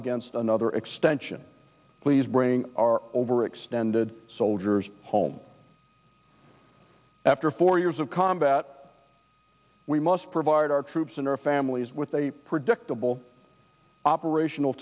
against another extension please bring our overextended soldiers home after four years of combat we must provide our troops and our families with predictable operational